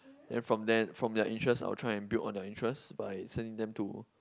and from then from their interests I would try and build all their interests by sending them to